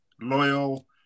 Loyal